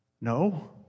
No